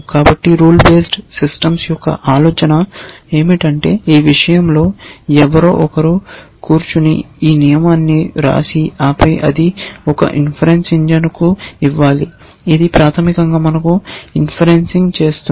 కాబట్టి rule based systems యొక్క ఆలోచన ఏమిటంటే ఈ విషయంలో ఎవరో ఒకరు కూర్చుని ఈ నియమాన్ని వ్రాసి ఆపై అది ఒక ఇన్ఫెరెన్స్ ఇంజిన్కు ఇవ్వాలి ఇది ప్రాథమికంగా మనకు ఇన్ఫరెన్సింగ్ చేస్తుంది